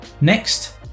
Next